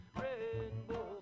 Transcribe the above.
rainbow